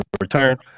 return